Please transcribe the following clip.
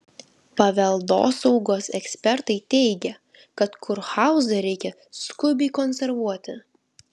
paveldosaugos ekspertai teigia kad kurhauzą reikia skubiai konservuoti